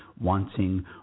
wanting